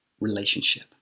relationship